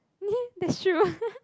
that's true